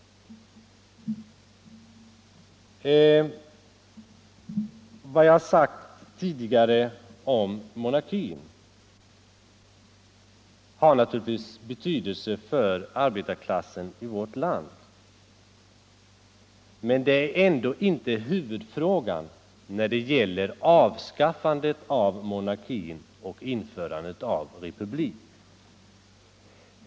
Vad jag har berört tidigare om monarkin har naturligtvis betydelse för arbetarklassen i vårt land. Men det är ändå inte huvudfrågan när det gäller avskaffande av monarkin och införande av republik.